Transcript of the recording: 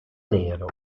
nero